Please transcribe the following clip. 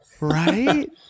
Right